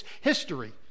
history